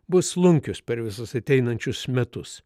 bus slunkius per visus ateinančius metus